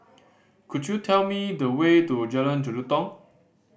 could you tell me the way to Jalan Jelutong